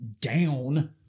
down